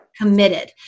committed